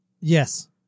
Yes